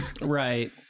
Right